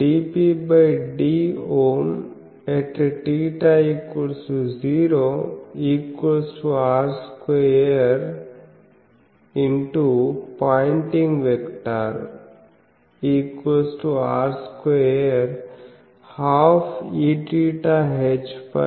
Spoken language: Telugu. dpdΩIθ0r2xపాయింటింగ్ వెక్టార్ r2½ EθHφ EφHθr22ղEθ2Eφ2